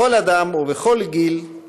6125, 6128, 6148 ו-6158.